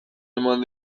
eman